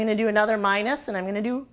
going to do another minus and i'm going to do